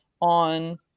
on